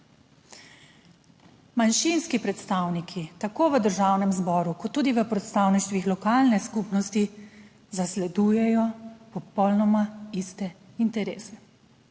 Manjšinski predstavniki tako v Državnem zboru kot tudi v predstavništvih lokalne skupnosti zasledujejo popolnoma iste interese,